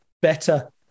better